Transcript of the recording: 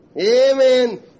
Amen